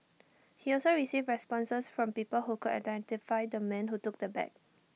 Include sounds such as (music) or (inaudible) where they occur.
(noise) he also received responses from people who could identify the man who took the bag